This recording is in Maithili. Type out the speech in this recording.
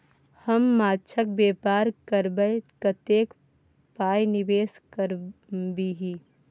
हम माछक बेपार करबै कतेक पाय निवेश करबिही?